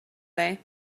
they